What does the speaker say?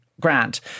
Grant